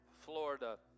Florida